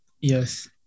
Yes